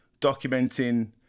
documenting